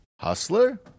Hustler